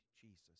Jesus